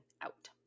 out